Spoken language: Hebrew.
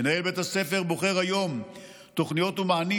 מנהל בית הספר בוחר היום תוכניות ומענים